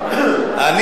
מה זה שיקסע?